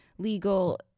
legal